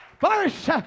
First